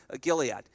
Gilead